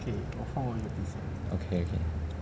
okay okay